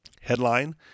headline